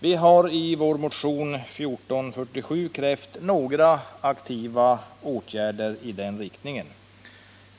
Vi har i vår motion 1447 krävt några aktiva åtgärder i den riktningen.